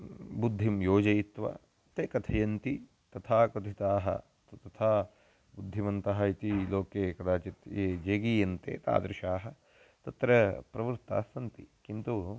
बुद्धिं योजयित्वा ते कथयन्ति तथा कथिताः तत् तथा बुद्धिमन्तः इति लोके कदाचित् ये जेगीयन्ते तादृशाः तत्र प्रवृत्ताः सन्ति किन्तु